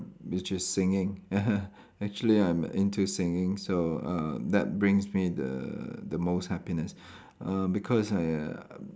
which is singing actually I'm into singing so uh that brings me the the most happiness uh because I